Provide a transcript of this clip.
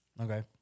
Okay